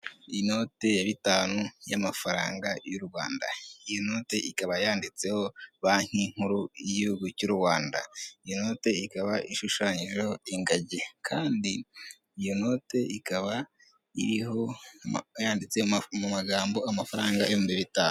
Inote ya bitanu y'amafaranga y'u Rwanda, iyi noti ikaba yanditseho banki nkuru y'igihugu cy'u Rwanda, iyi note ikaba ishushanyijeho ingagi kandi iyi note ikaba yanditse mu magambo amafaranga ibihumbi bitanu.